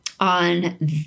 on